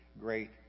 great